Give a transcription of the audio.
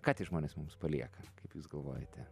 ką tie žmonės mums palieka kaip jūs galvojate